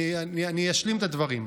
אני אשלים את הדברים.